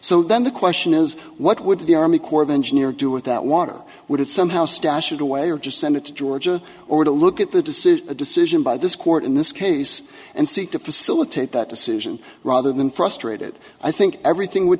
so then the question is what would the army corps of engineer do with that water would it somehow stash it away or just send it to georgia or to look at the decision a decision by this court in this case and seek to facilitate that decision rather than frustrated i think everything would